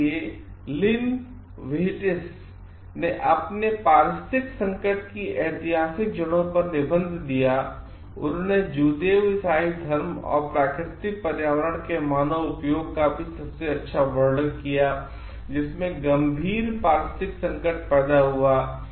इसलिए लिनव्हिटेसने हमारे पारिस्थितिक संकट की ऐतिहासिक जड़ों पर निबंध दिया उन्होंने जूदेव ईसाई धर्म और प्राकृतिक पर्यावरण के मानव उपयोग के प्रभाव का सबसे अच्छा वर्णन किया जिससे गंभीर पारिस्थितिक संकट पैदा हुआ